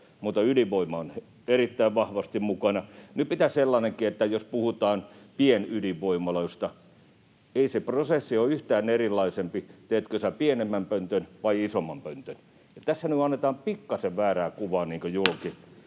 myös ydinvoima on erittäin vahvasti mukana. Nyt pitää muistaa sellainenkin asia, että jos puhutaan pienydinvoimaloista, niin ei se prosessi ole yhtään erilaisempi, teetkö sinä pienemmän pöntön vai isomman pöntön. Tässä nyt annetaan pikkuisen väärää kuvaa julki.